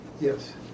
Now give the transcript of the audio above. Yes